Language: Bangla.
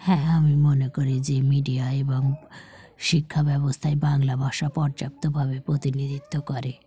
হ্যাঁ আমি মনে করি যে মিডিয়া এবং শিক্ষা ব্যবস্থায় বাংলা ভাষা পর্যাপ্তভাবে প্রতিনিধিত্ব করে